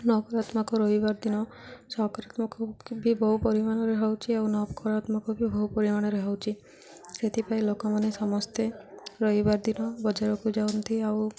ନକାରାତ୍ମକ ରବିବାର ଦିନ ସକାରରାତ୍ମକ ବି ବହୁ ପରିମାଣରେ ହେଉଛି ଆଉ ନକରାତ୍ମକ ବି ବହୁ ପରିମାଣରେ ହେଉଛି ସେଥିପାଇଁ ଲୋକମାନେ ସମସ୍ତେ ରବିବାର ଦିନ ବଜାରକୁ ଯାଆନ୍ତି ଆଉ